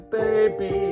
baby